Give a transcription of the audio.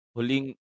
Huling